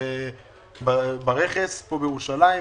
ברכס בירושלים.